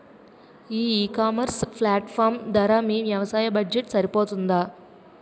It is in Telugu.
ఈ ఇకామర్స్ ప్లాట్ఫారమ్ ధర మీ వ్యవసాయ బడ్జెట్ సరిపోతుందా?